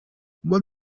what